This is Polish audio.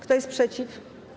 Kto jest przeciw?